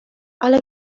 ale